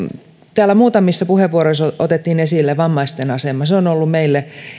täällä muutamissa puheenvuoroissa otettiin esille vammaisten asema se on ollut meille